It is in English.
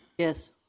Yes